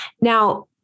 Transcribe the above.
Now